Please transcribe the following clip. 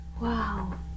wow